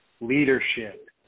leadership